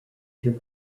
took